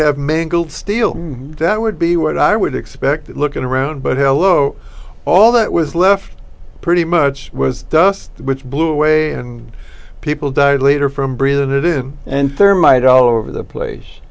have mangled steel that would be what i would expect looking around but hello all that was left pretty much was dust which blew away and people died later from britain it him and thermite all over the place